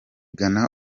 ghana